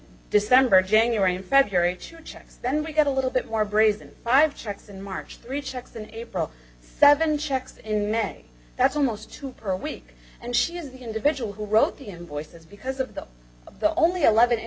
december january and february church checks then we get a little bit more brazen five checks in march three checks in april seven checks in may that's almost two per week and she is the individual who wrote the invoices because of the of the only eleven